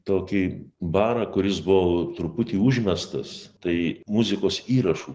tokį barą kuris buvo truputį užmestas tai muzikos įrašų